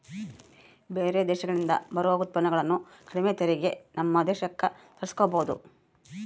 ಬೇರೆ ದೇಶಗಳಿಂದ ಬರೊ ಉತ್ಪನ್ನಗುಳನ್ನ ಕಡಿಮೆ ತೆರಿಗೆಗೆ ನಮ್ಮ ದೇಶಕ್ಕ ತರ್ಸಿಕಬೊದು